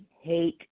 hate